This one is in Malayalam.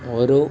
ഓരോ